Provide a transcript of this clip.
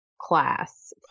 class